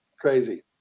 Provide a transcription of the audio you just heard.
Crazy